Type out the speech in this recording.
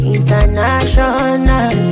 International